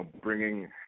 bringing